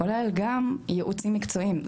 כולל גם ייעוצים מקצועיים,